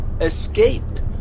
escaped